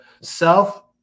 self